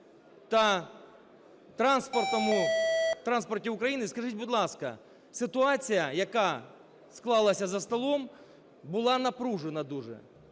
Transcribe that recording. комплексні та транспорті України. Скажіть, будь ласка, ситуація, яка склалася за столом була напружена дуже,